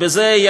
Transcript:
ובזה,